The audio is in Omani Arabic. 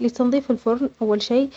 لنضيف الفرن، أول شيء